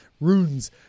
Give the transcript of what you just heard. Runes